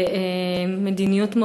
ומדיניות,